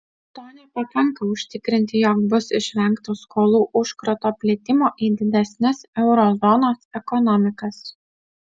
to nepakanka užtikrinti jog bus išvengta skolų užkrato plitimo į didesnes euro zonos ekonomikas